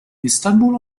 istanbul